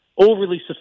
overly